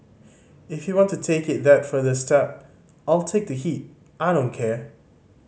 if you want to take it that further step I'll take the heat I don't care